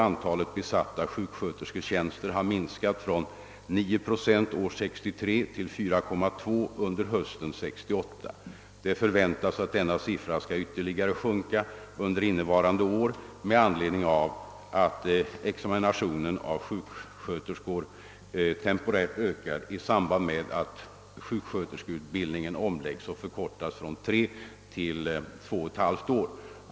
Antalet obesatta sjukskötersketjänster har minskat från 9 procent 1963 till 4,2 procent under hösten 1968. Det förväntas att denna siffra skall sjunka ytterligare under innevarande år med anledning av att examinationen av sjuksköterskor temporärt ökar i samband med att sjuksköterskeutbildningen omläggs och förkortas från 3 till 21/> år.